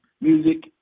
music